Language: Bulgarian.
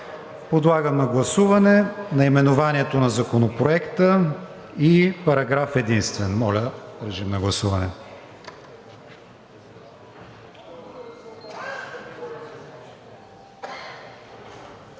Подлагам на гласуване наименованието на Законопроекта и параграф единствен. Докато гласуваме,